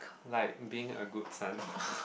like being a good son